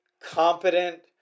competent